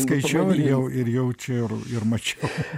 skaičiau ir jau ir jau čia ir mačiau